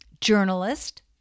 journalist